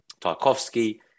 Tarkovsky